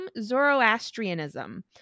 Zoroastrianism